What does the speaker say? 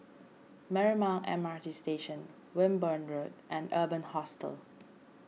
Marymount M R T Station Wimborne Road and Urban Hostel